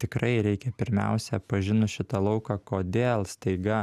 tikrai reikia pirmiausia pažinus šitą lauką kodėl staiga